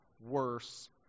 worse